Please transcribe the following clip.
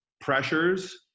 pressures